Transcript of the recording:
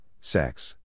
sex